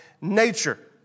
nature